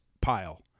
pile